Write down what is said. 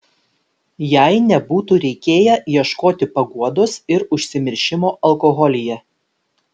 jai nebūtų reikėję ieškoti paguodos ir užsimiršimo alkoholyje